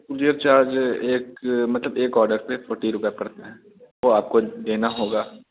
courier charge एक मतलब एक ऑर्डर पर फोर्टी रुपये पड़ता है वो आपको देना होगा